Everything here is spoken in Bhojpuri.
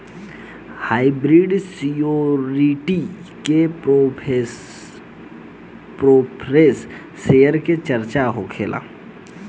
हाइब्रिड सिक्योरिटी में प्रेफरेंस शेयर के चर्चा होला